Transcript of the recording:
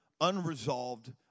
unresolved